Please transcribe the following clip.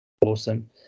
awesome